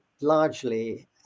largely